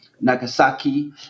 Nagasaki